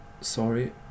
sorry